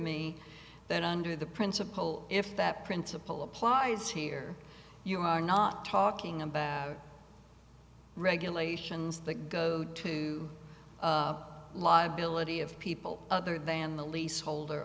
me that under the principle if that principle applies here you are not talking a bad regulations that go to liability of people other than the lease holder